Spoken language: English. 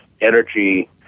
energy